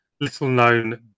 little-known